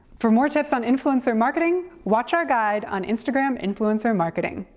for more tips on influencer marketing, watch our guide on instagram influencer marketing.